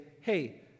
Hey